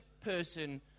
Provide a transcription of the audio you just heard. person